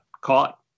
caught